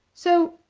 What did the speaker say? so,